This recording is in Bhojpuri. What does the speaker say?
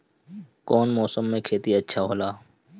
कौन मौसम मे खेती अच्छा होला?